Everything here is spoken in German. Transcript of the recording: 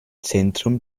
zentrum